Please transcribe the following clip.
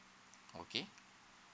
okay